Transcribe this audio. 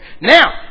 Now